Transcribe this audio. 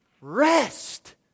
rest